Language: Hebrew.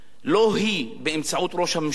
לא היא, באמצעות ראש הממשלה